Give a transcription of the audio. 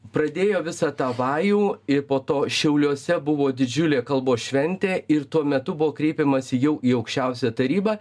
pradėjo visą tą vajų ir po to šiauliuose buvo didžiulė kalbos šventė ir tuo metu buvo kreipiamasi jau į aukščiausiąją tarybą